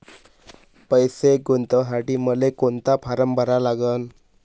पैसे गुंतवासाठी मले कोंता फारम भरा लागन?